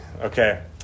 Okay